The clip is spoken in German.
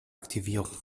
aktivierung